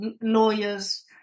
lawyers